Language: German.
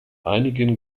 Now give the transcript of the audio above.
einigen